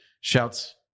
Shouts